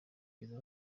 kugeza